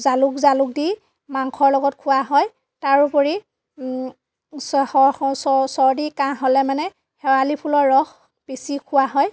জালুক জালুক দি মাংসৰ লগত খোৱা হয় তাৰ উপৰি ছয়শ চৰ্দি কাঁহ হ'লে মানে শেৱালি ফুলৰ ৰস পিচি খোৱা হয়